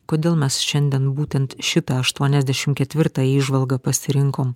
kodėl mes šiandien būtent šitą aštuoniasdešimt ketvirtąją įžvalgą pasirinkom